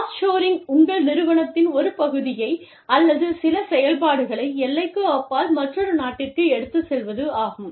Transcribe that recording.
of ஷோரிங் உங்கள் நிறுவனத்தின் ஒரு பகுதியை அல்லது சில செயல்பாடுகளை எல்லைக்கு அப்பால் மற்றொரு நாட்டிற்கு எடுத்துச் செல்வது ஆகும்